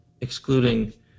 excluding